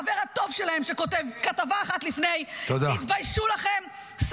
החבר הטוב שלהם שכותב כתבה אחת לפני תתביישו לכם.